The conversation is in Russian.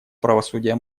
правосудия